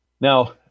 Now